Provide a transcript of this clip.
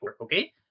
Okay